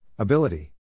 Ability